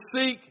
seek